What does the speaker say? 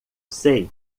sei